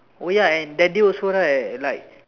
oh ya and that day also right like